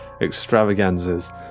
extravaganzas